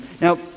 Now